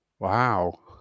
Wow